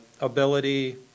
ability